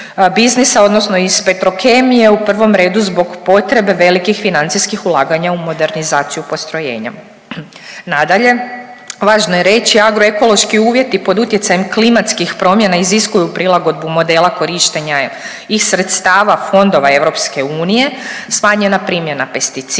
odnosno iz Petrokemije u prvom redu zbog potrebe velikih financijskih ulaganja u modernizaciju postrojenja. Nadalje, važno je reći agroekološki uvjeti pod utjecajem klimatskih promjena iziskuju prilagodbu modela korišten ja iz sredstava fondova EU, smanjenja primjena pesticida